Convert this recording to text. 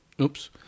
Oops